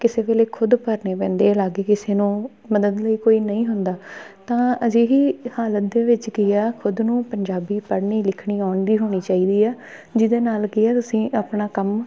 ਕਿਸੇ ਵੇਲੇ ਖੁਦ ਭਰਨੇ ਪੈਂਦੇ ਅਲੱਗ ਕਿਸੇ ਨੂੰ ਮਦਦ ਲਈ ਕੋਈ ਨਹੀਂ ਹੁੰਦਾ ਤਾਂ ਅਜਿਹੀ ਹਾਲਤ ਦੇ ਵਿੱਚ ਕੀ ਆ ਖੁਦ ਨੂੰ ਪੰਜਾਬੀ ਪੜ੍ਹਨੀ ਲਿਖਣੀ ਆਉਂਦੀ ਹੋਣੀ ਚਾਹੀਦੀ ਆ ਜਿਹਦੇ ਨਾਲ ਕਿ ਆ ਤੁਸੀਂ ਆਪਣਾ ਕੰਮ